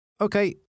Okay